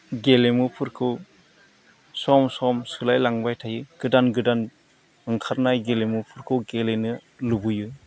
गेलेमुफोरखौ सम सम सोलायलांबाय थायो गोदान गोदान ओंखारनाय गेलेमुफोरखौ गेलेनो लुबैयो